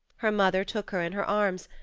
her mother took her in her arms,